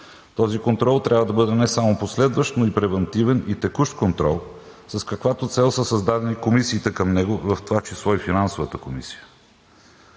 Този контрол трябва да бъде не само последващ, но и превантивен, и текущ контрол, с каквато цел са създадени комисиите към него, в това число и Финансовата комисия.